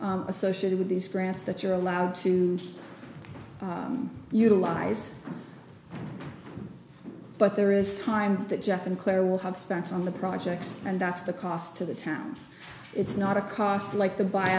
aust associated with these grants that you're allowed to utilize but there is time that jeff and claire will have spent on the projects and that's the cost to the town it's not a cost like the b